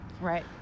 Right